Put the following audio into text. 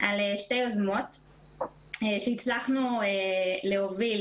על שתי יוזמות שהצלחנו להוביל,